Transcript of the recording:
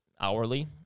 hourly